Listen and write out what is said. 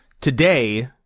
Today